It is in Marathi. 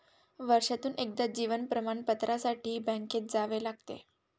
वर्षातून एकदा जीवन प्रमाणपत्रासाठी बँकेत जावे लागते